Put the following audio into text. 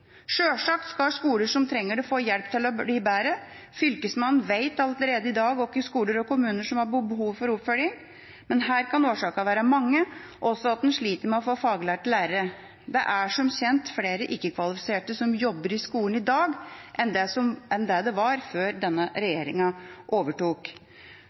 Selvsagt skal skoler som trenger det, få hjelp til å bli bedre. Fylkesmannen vet allerede i dag hvilke skoler og kommuner som har behov for oppfølging, men her kan årsakene være mange, også at en sliter med å få faglærte lærere. Det er som kjent flere ikke-kvalifiserte som jobber i skolen i dag, enn det var før denne regjeringa overtok.